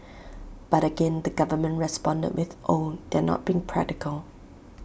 but again the government responded with oh they're not being practical